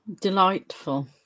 delightful